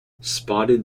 spotted